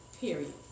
Period